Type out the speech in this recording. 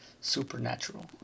supernatural